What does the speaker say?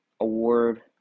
Award